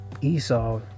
Esau